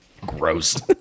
Gross